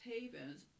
havens